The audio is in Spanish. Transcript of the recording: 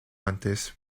antes